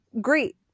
great